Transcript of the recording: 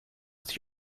sich